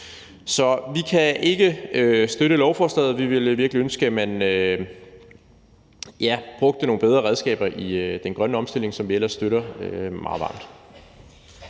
Så vi kan ikke støtte lovforslaget, og vi ville virkelig ønske, at man brugte nogle bedre redskaber i den grønne omstilling, som vi ellers støtter meget varmt.